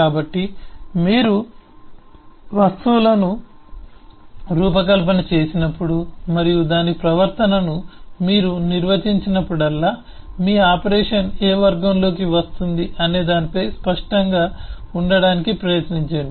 కాబట్టి మీరు వస్తువులను రూపకల్పన చేసినప్పుడు మరియు దాని ప్రవర్తనను మీరు నిర్వచించినప్పుడల్లా మీ ఆపరేషన్ ఏ వర్గంలోకి వస్తుంది అనే దానిపై స్పష్టంగా ఉండటానికి ప్రయత్నించండి